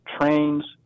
trains